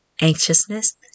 anxiousness